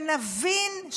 שנבין,